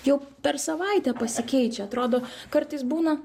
jau per savaitę pasikeičia atrodo kartais būna